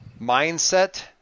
mindset